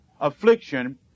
affliction